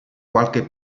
qualche